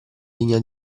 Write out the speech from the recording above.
linea